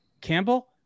Campbell